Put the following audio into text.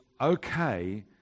okay